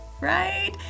right